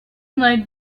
night